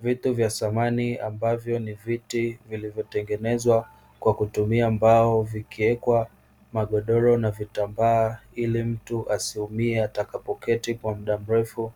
Vitu vya samani ambavyo ni viti vilivyo tengenezwa kwa kutumia mbao vikiwekwa magodoro na vitambaa ili mtu asiumie atakapoketi kwa mda mrefu,